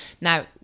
Now